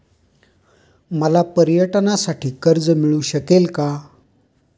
मला पर्यटनासाठी कर्ज मिळू शकेल का?